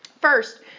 First